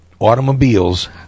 automobiles